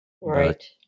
Right